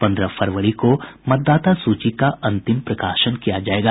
पंद्रह फरवरी को मतदाता सूची का अंतिम प्रकाशन किया जायेगा